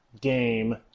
game